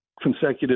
Consecutive